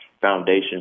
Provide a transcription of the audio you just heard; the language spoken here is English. Foundation